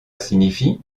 signifie